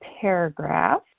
paragraph